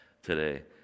Today